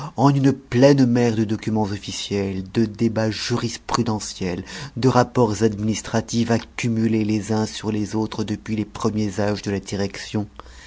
en une pleine mer de documents officiels de débats jurisprudentiels de rapports administratifs accumulés les uns sur les autres depuis les premiers âges de la direction